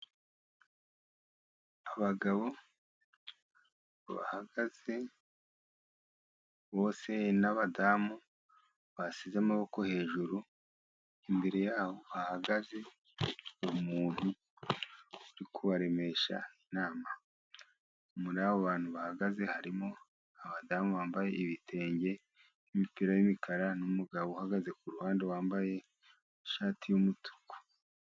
Abagabo bahagaze bose n'abagore bashyize amaboko hejuru, imbere y'aho hahagaze umuntu uri kubaremesha inama, muri abo bantu bahagaze harimo abagore bambaye ibitenge, imipira yumukara, n'umugabo uhagaze ku ruhande wambaye ishati y'umutuku.